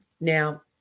Now